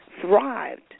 thrived